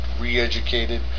re-educated